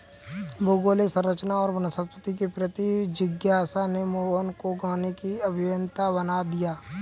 भौगोलिक संरचना और वनस्पति के प्रति जिज्ञासा ने मोहन को गाने की अभियंता बना दिया